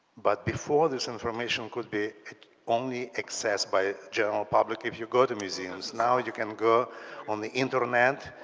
but before this information could be only accessed by general public if you go to museums. now you can go on the internet,